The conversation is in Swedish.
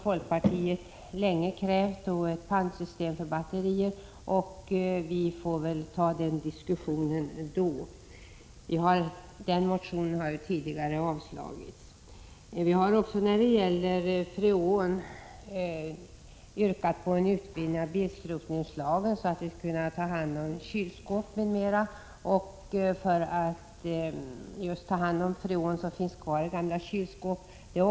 Folkpartiet har länge krävt ett pantsystem för batterier, men den motionen har tidigare avslagits. Vi får väl ta den diskussionen senare. När det gäller freon har vi yrkat på en utvidgning av bilskrotningslagen för att man skall kunna ta hand om freon som finns kvar i gamla kylskåp m.m.